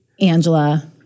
Angela